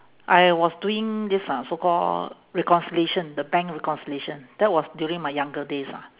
I was doing this ah so call reconciliation the bank reconciliation that was during my younger days ah